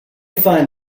find